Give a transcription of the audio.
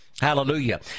Hallelujah